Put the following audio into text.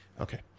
Okay